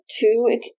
two